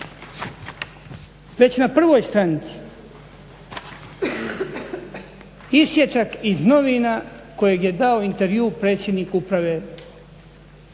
Već na prvoj stranici isječak iz novina kojeg je dao intervju predsjednik uprave